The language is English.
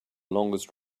longest